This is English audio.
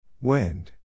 Wind